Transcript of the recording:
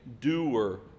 doer